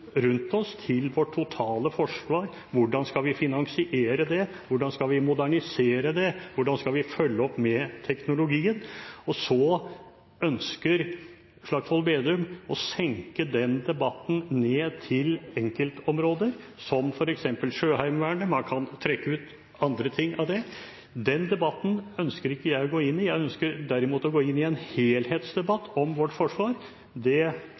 rundt oss, til vårt totale forsvar. Hvordan skal vi finansiere det? Hvordan skal vi modernisere det? Hvordan skal vi følge opp med teknologi? Slagsvold Vedum ønsker å senke den debatten ned til enkeltområder – som f.eks. Sjøheimevernet. Man kan trekke ut andre ting av det. Den debatten ønsker ikke jeg å gå inn i – jeg ønsker derimot å gå inn i en helhetsdebatt om vårt forsvar. Det